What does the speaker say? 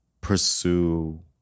pursue